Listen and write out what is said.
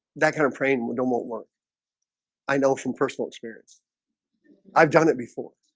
that kind of praying we don't want work i know from personal experience i've done it before